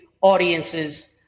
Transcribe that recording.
audiences